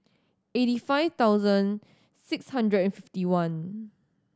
eighty five thousand six hundred and fifty one